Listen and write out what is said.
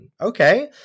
Okay